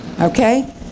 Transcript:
okay